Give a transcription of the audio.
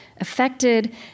affected